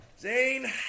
Zane